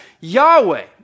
Yahweh